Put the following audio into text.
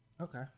Okay